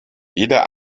jeder